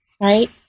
right